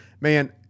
man